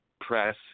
press